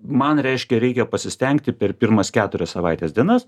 man reiškia reikia pasistengti per pirmas keturias savaitės dienas